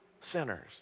sinners